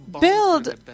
build